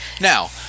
Now